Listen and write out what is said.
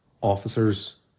officers